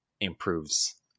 improves